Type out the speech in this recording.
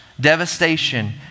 devastation